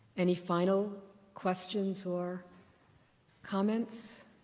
any final questions or comments?